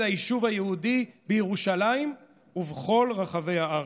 היישוב היהודי בירושלים ובכל רחבי הארץ.